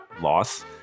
loss